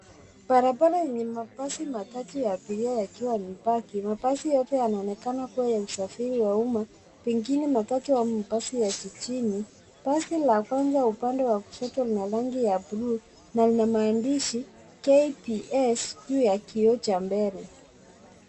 Barabara yenye mabasi machache ya abiria yakiwa yamepaki. Mabasi yote yanaonekana ya usafiri wa umma pengine matatu au mabasi ya mijini. Basi la kwanza upande wa kushoto lina rangi ya bluu na Lina maandishi KBS juu ya kioo cha mbele.